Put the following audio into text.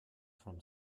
from